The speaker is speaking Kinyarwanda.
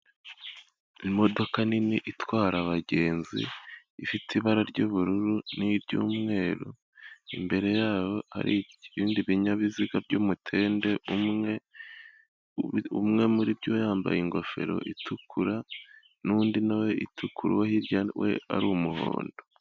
Imodoka nini itwara abagenzi ifite ibara ry'ubururu n'iry'umweru, imbere yabo hari ibindi binyabiziga by'umutende umwe muri byo yambaye ingofero itukura n'undi na we itukura uwo hirya we ari umuhondo.